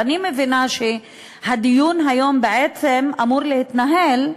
ואני מבינה שהדיון היום בעצם אמור להתנהל,